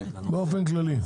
באופן כללי.